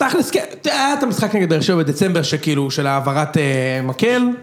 תכלס כן, תראה היה את המשחק נגד באר שבע בדצמבר של כאילו, של העברת מקל